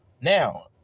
Now